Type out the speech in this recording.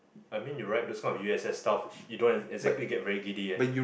I mean you ride those kind of U_S_S stuff you don't exactly get very giddy eh